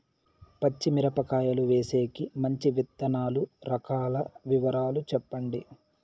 పచ్చి మిరపకాయలు వేసేకి మంచి విత్తనాలు రకాల వివరాలు చెప్పండి?